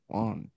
one